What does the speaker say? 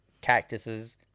cactuses